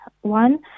one